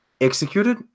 executed